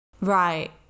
Right